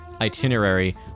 itinerary